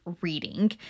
reading